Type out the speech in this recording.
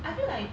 I feel like